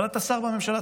אבל אתה שר בממשלה,